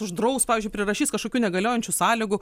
uždraus pavyzdžiui prirašys kažkokių negaliojančių sąlygų